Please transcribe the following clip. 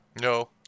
No